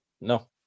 no